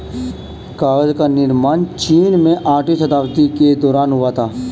कागज का निर्माण चीन में आठवीं शताब्दी के दौरान हुआ था